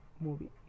movie